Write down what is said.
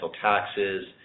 taxes